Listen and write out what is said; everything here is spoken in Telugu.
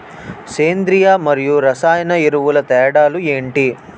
సేంద్రీయ మరియు రసాయన ఎరువుల తేడా లు ఏంటి?